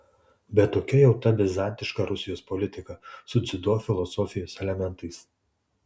bet tokia jau ta bizantiška rusijos politika su dziudo filosofijos elementais